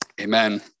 Amen